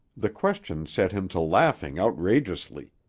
the question set him to laughing outrageously.